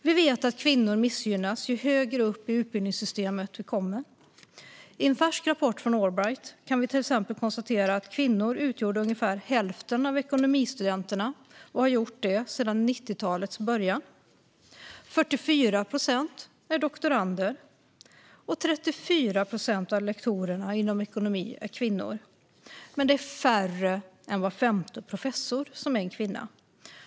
Vi vet att kvinnor missgynnas ju högre upp i utbildningssystemet man kommer. I en färsk rapport från Allbright konstateras att kvinnor utgjorde ungefär hälften av ekonomistudenterna och har gjort det sedan 1990-talets början. 44 procent av doktoranderna och 34 procent av lektorerna inom ekonomi är kvinnor. Men det är färre än var femte professor som är en kvinna.